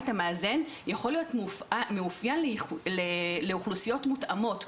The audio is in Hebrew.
המאזן באמת יכול להיות מאופיין לאוכלוסיות מותאמות,